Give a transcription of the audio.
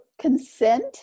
consent